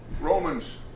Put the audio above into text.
Romans